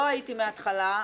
לא הייתי מהתחלה,